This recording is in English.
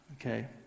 okay